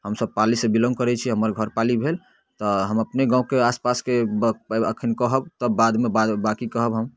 हमसभ पालीसँ बिलौंग करै छी हमर घर पाली भेल तऽ हम अपने गाँवके आसपासके बऽ एखन कहब तऽ बादमे बा बाकी कहब हम